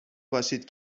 باشید